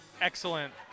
excellent